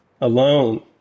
alone